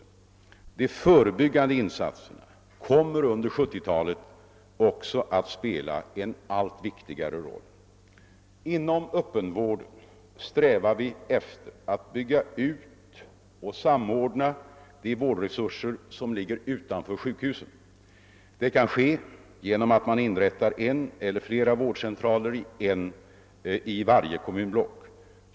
De förebyggande insatserna kommer under 1970-talet också att spela en långt viktigare roil. Inom öppenvården strävar vi efter att bygga ut och samordna de vårdresurser som ligger utanför sjukhusen. Detta kan ske genom att man inrättar en eller flera vårdcentraler i varje kommunblock.